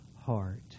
heart